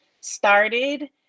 started